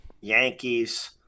yankees